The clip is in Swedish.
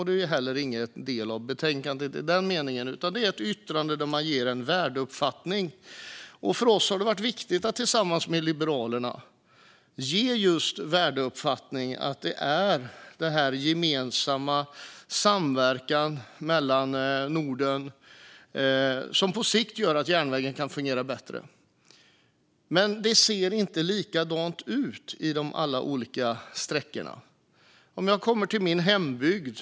Det är heller ingen del av betänkandet i den meningen, utan det är ett yttrande där man ger en värdeuppfattning. För oss har det varit viktigt att tillsammans med Liberalerna ge just värdeuppfattningen att det är det gemensamma, samverkan i Norden, som på sikt gör att järnvägen kan fungera bättre. Men det ser inte likadant ut när det gäller de olika sträckorna. Jag tänker på min hembygd.